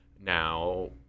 now